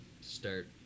start